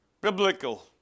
Biblical